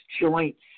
joints